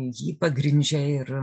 jį pagrindžia ir